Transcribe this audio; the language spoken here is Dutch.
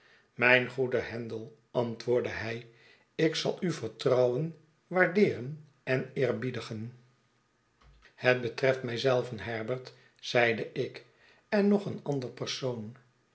mijn goede handel antwoordde hij ik zal uw vertrouwen waardeeren en eerbiedigen het betreft my zelven herbert zeide ik en nog een ander persoon